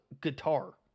guitar